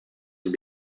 and